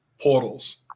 portals